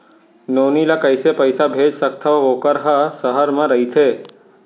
नोनी ल कइसे पइसा भेज सकथव वोकर ह सहर म रइथे?